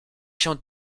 się